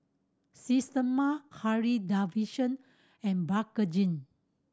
Systema Harley Davidson and Bakerzin